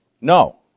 No